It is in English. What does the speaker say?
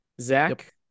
Zach